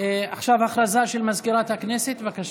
הודעה של מזכירת הכנסת, בבקשה.